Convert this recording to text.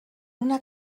una